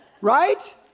Right